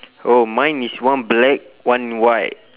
oh mine is one black one white